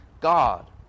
God